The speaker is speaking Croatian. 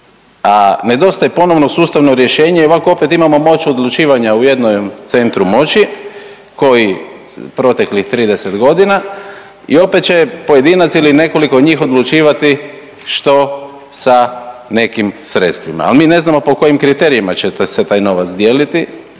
a nedostaje ponovno sustavno rješenje i ovako opet imamo moć odlučivanja u jednom centru moći koji proteklih 30 godina i opet će pojedinac ili nekoliko njih odlučivati što sa nekim sredstvima. Ali mi ne znamo po kojim kriterijima će se taj novac dijeliti